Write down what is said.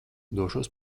došos